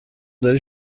داری